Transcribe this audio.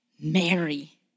Mary